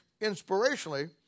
inspirationally